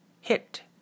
hit